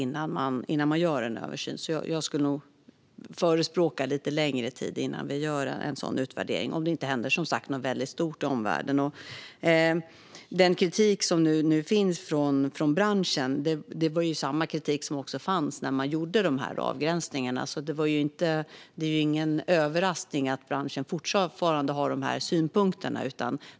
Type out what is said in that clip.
Jag skulle nog alltså förespråka att vi låter det går lite längre tid innan vi gör en sådan utvärdering - om det inte händer något stort i omvärlden, som sagt. Den kritik som nu finns från branschens sida är densamma som när man gjorde dessa avgränsningar, och det är ingen överraskning att branschen fortfarande har dessa synpunkter.